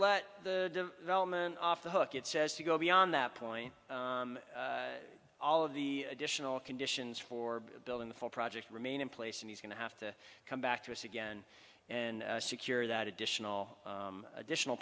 let the element off the hook it says to go beyond that point all of the additional conditions for building the full project remain in place and he's going to have to come back to us again and secure that additional additional